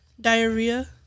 Diarrhea